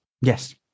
Yes